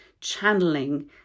channeling